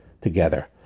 together